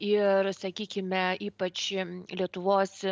ir sakykime ypač lietuvos